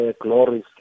glories